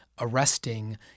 arresting